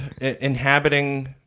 inhabiting